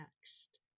next